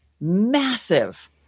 massive